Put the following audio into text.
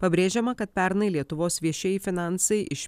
pabrėžiama kad pernai lietuvos viešieji finansai iš